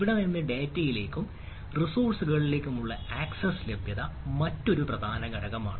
അവിടെ നിന്ന് തന്നെ ഡാറ്റയിലേക്കും റിസോഴ്സ്കളിലേക്കും ഉള്ള ആക്സസ് ലഭ്യത മറ്റൊരു പ്രധാന ഘടകമാണ്